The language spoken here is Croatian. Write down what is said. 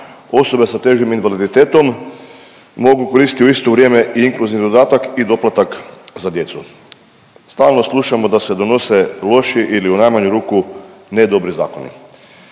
Osobe sa težim invaliditetom mogu koristiti u isto vrijeme i inkluzivni dodatak i doplatak za djecu. Stalno slušamo da se donose loši ili u najmanju ruku ne dobri zakoni,